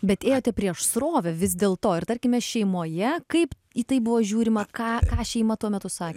bet ėjote prieš srovę vis dėl to ir tarkime šeimoje kaip į tai buvo žiūrima ką ką šeima tuo metu sakė